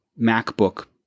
MacBook